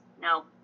No